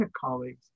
colleagues